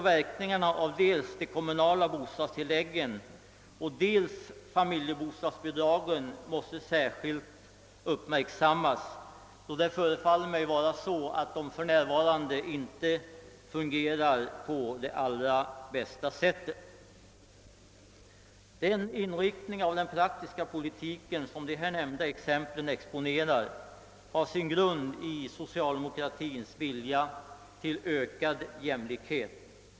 Verkningarna av dels de kommunala bostadstilläggen och dels familjebostadsbidragen måste särskilt uppmärksammas, då dessa bidragssystem för närvarande inte förefaller att fungera på allra bästa sätt. Den inriktningen av den praktiska politiken som de här anförda exemplen exponerar har sin grund i socialdemokratins vilja att uppnå ökad jämlikhet.